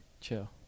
Chill